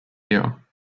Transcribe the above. here